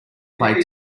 plate